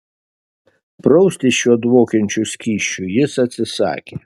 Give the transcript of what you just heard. praustis šiuo dvokiančiu skysčiu jis atsisakė